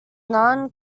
nan